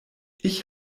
ich